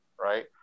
right